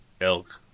Elk